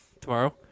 tomorrow